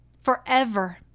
forever